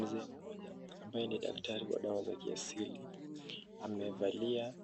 Mzee mmoja ambaye ni daktari wa dawa za kiasili, amevalia